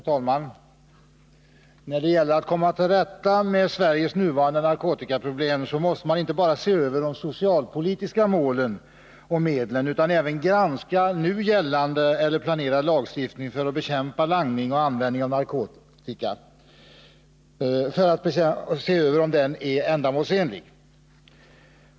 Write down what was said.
Herr talman! När det gäller att komma till rätta med Sveriges nuvarande narkotikaproblem måste man inte bara se över de socialpolitiska målen och medlen utan även granska om nu gällande eller planerad lagstiftning för att bekämpa langning och användning av narkotika är ändamålsenlig.